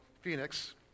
Phoenix